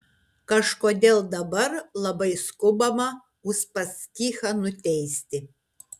kažkodėl dabar labai skubama uspaskichą nuteisti